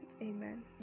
amen